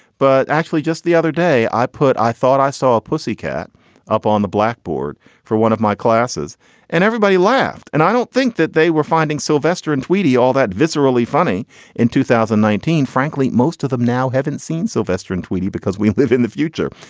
but actually just the other day i put i thought i saw a pussy cat up on the blackboard for one of my classes and everybody laughed. and i don't think that they were finding sylvester and tweety all that viscerally funny in two thousand and nineteen, frankly. most of them now haven't seen sylvester and tweety because we live in the future.